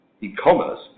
E-commerce